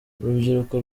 urubyiruko